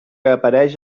apareix